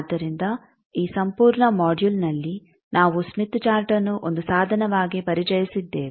ಆದ್ದರಿಂದ ಈ ಸಂಪೂರ್ಣ ಮೊಡ್ಯುಲ್ನಲ್ಲಿ ನಾವು ಸ್ಮಿತ್ ಚಾರ್ಟ್ಅನ್ನು ಒಂದು ಸಾಧನವಾಗಿ ಪರಿಚಯಿಸಿದ್ದೇವೆ